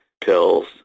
pills